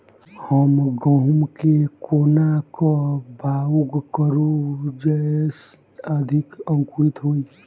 हम गहूम केँ कोना कऽ बाउग करू जयस अधिक अंकुरित होइ?